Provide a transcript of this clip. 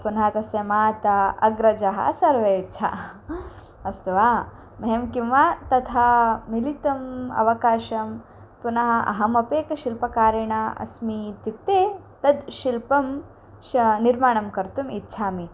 पुनः तस्य माता अग्रजः सर्वे च अस्तु वा मह्यं किं वा तथा मिलितम् अवकाशं पुनः अहमप्येकशिल्पकारेण अस्मि इत्युक्ते तद् शिल्पं श निर्माणं कर्तुम् इच्छामि